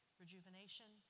rejuvenation